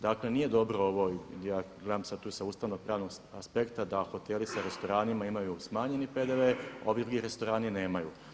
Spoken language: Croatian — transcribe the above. Dakle nije dobro ovo, ja gledam sada tu sa ustavnopravnog aspekta da hoteli sa restoranima imaju smanjeni PDV a ovi gdje restorani nemaju.